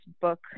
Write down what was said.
book